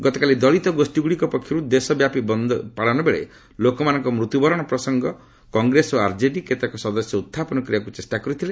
ଗତକାଲି ଦଳିତ ଗୋଷ୍ଠୀଗୁଡ଼ିକ ପକ୍ଷରୁ ଦେଶ ବ୍ୟାପୀ ବନ୍ଦ ପାଳନ ବେଳେ ଲୋକମାନଙ୍କ ମୃତ୍ୟବରଣ ପ୍ରସଙ୍ଗ କଂଗ୍ରେସ ଓ ଆର୍ଜେଡିର କେତେକ ସଦସ୍ୟ ଉତ୍ଥାପନ କରିବାକୁ ଚେଷ୍ଟା କରିଥିଲେ